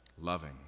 loving